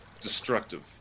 destructive